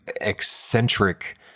eccentric